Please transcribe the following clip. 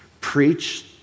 Preach